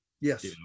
Yes